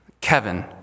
Kevin